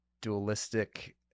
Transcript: dualistic